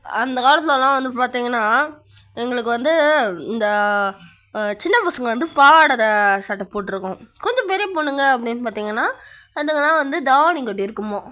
அந்த காலத்தெலலாம் வந்து பார்த்திங்ன்னா எங்களுக்கு வந்து இந்த சின்ன பசங்கள் வந்து பாவாடை சட்டை போட்டிருக்கும் கொஞ்சம் பெரிய பொண்ணுங்க அப்படின்னு பார்த்திங்ன்னா அவங்கெலாம் வந்து தாவணி கட்டியிருக்குமோ